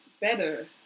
better